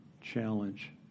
challenge